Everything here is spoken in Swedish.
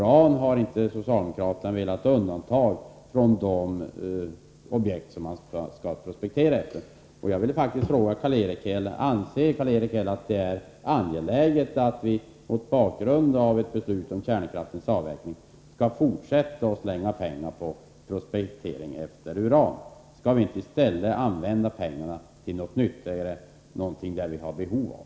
Uran har inte socialdemokraterna velat undanta från de objekt enligt vilka man skall prospektera. Jag vill därför fråga Karl-Erik Häll: Anser Karl-Erik Häll att det är angeläget att vi mot bakgrund av ett beslut om kärnkraftens avveckling skall fortsätta att slänga pengar på prospektering med utgångspunkt i uran? Skall vi inte i stället använda pengarna till något nyttigare, något som vi har behov av?